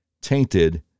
tainted